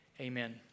Amen